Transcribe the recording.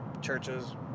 churches